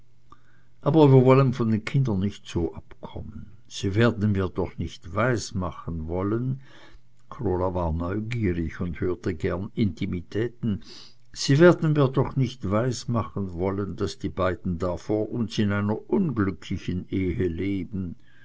aber wir wollen von den kindern nicht abkommen sie werden mir doch nicht weismachen wollen krola war neugierig und hörte gern intimitäten sie werden mir doch nicht weismachen wollen daß die beiden da vor uns in einer unglücklichen ehe leben